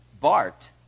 Bart